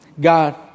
God